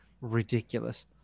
ridiculous